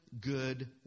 good